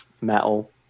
metal